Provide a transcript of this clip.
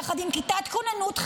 יחד עם כיתת כוננות,